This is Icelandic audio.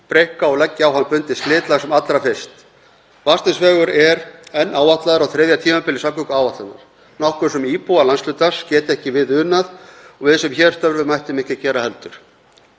breikka og leggja á hann bundið slitlag sem allra fyrst. Vatnsnesvegur er enn þá áætlaður á þriðja tímabili samgönguáætlunar, nokkuð sem íbúar landshlutans geta ekki við unað og við sem hér störfum ættum ekki að gera heldur.